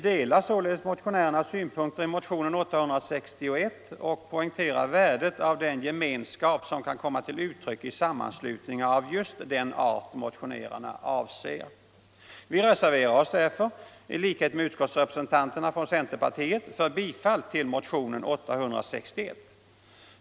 Vi reserverar oss därför, i likhet med utskottsrepresentanterna från centerpartiet, för bifall till motionen 861.